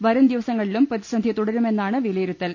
വരുംദിവസങ്ങളിലും പ്രതിസന്ധി തുടരുമെന്നാണ് വിലയിരുത്തൽ